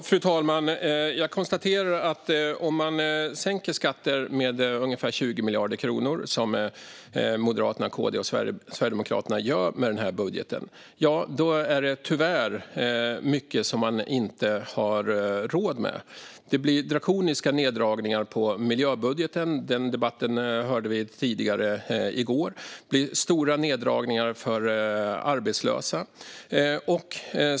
Fru talman! Jag konstaterar att om man sänker skatter med ungefär 20 miljarder kronor, som Moderaterna, KD och Sverigedemokraterna gör med denna budget, är det tyvärr mycket som man inte har råd med. Det blir drakoniska neddragningar på miljöbudgeten - den debatten hörde vi i går. Det blir också stora neddragningar för arbetslösa.